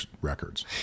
records